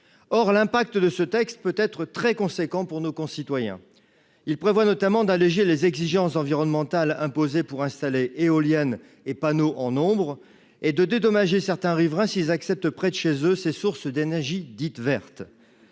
or l'impact de ce texte peut être très conséquent pour nos concitoyens, il prévoit notamment d'alléger les exigences environnementales imposées pour installer éoliennes et panneaux en nombre et de dédommager certains riverains s'ils acceptent près de chez eux, ces sources d'énergies dites vertes,